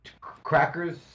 crackers